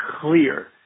clear